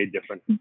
different